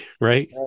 right